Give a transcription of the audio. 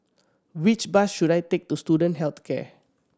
which bus should I take to Student Health Care